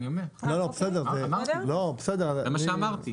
זה מה שאמרתי.